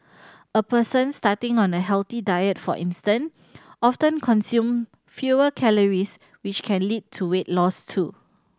a person starting on a healthy diet for instance often consume fewer calories which can lead to weight loss too